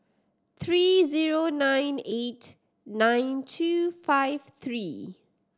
three zero nine eight nine two five three